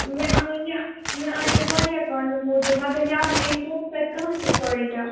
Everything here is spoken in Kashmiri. مےٚ آے یہِ مےٚ آے یہِ وارِیاہ کامیٚو موٗجوٗب مگر مےٚ آو نہٕ امہِ فونہٕ سۭتۍ کانٛہہ تہِ فٲیدٕ